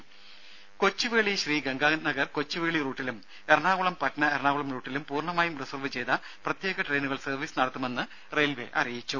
രുര കൊച്ചുവേളി ശ്രീ ഗംഗാനഗർ കൊച്ചുവേളി റൂട്ടിലും എറണാകുളം പട്ന എറണാകുളം റൂട്ടിലും പൂർണമായും റിസർവ് ചെയ്ത പ്രത്യേക ട്രെയിനുകൾ സർവീസ് നടത്തുമെന്ന് റെയിൽവേ അറിയിച്ചു